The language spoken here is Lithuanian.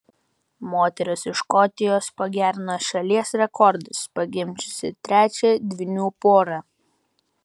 moteris iš škotijos pagerino šalies rekordus pagimdžiusi trečią dvynių porą